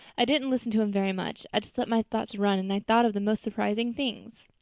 i didn't listen to him very much. i just let my thoughts run and i thought of the most surprising things.